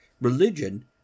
Religion